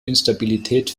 instabilität